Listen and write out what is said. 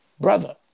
Brother